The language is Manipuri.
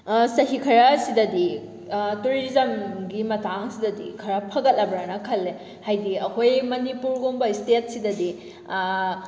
ꯆꯍꯤ ꯈꯔ ꯑꯁꯤꯗꯗꯤ ꯇꯨꯔꯤꯖꯝꯒꯤ ꯃꯇꯥꯡꯁꯤꯗꯗꯤ ꯈꯔ ꯐꯒꯠꯂꯕ꯭ꯔꯅ ꯈꯜꯂꯦ ꯍꯥꯏꯗꯤ ꯑꯩꯈꯣꯏ ꯃꯅꯤꯄꯨꯔꯒꯨꯝꯕ ꯏꯁꯇꯦꯠꯁꯤꯗꯗꯤ